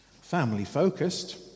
Family-focused